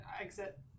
exit